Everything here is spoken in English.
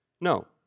No